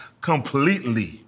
completely